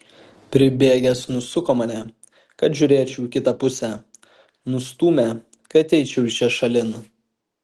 pribėgęs nusuko mane kad žiūrėčiau į kitą pusę nustūmė kad eičiau iš čia šalin